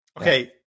Okay